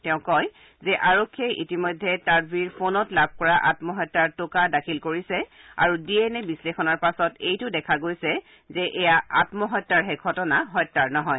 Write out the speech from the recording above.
তেওঁ কয় যে আৰক্ষীয়ে ইতিমধ্যে টাডভিৰ ফোনত লাভ কৰা আম্মহত্যাৰ টোকা দাখিল কৰিছে আৰু ডিএনএ বিশ্লেষণৰ পাছত এইটো দেখা গৈছে যে এইয়া আম্মহত্যাৰহে ঘটনা হত্যাৰ নহয়